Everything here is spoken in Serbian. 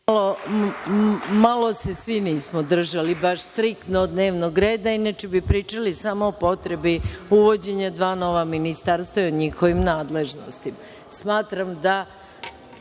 Malo se svi nismo držali baš striktno dnevnog reda, inače bi pričali samo o potrebi uvođenja dva nova ministarstva i o njihovim nadležnostima.